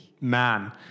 man